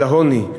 על העוני,